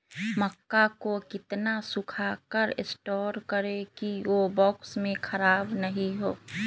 मक्का को कितना सूखा कर स्टोर करें की ओ बॉक्स में ख़राब नहीं हो?